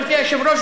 גברתי היושבת-ראש,